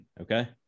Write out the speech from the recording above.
okay